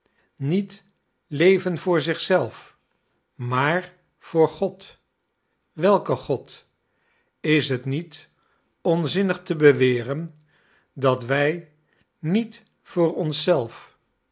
niet leven voor zich zelf maar voor god welke god is het niet onzinnig te beweren dat wij niet voor